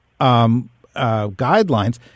guidelines